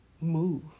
move